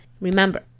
remember